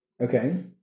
Okay